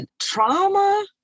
trauma